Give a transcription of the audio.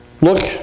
look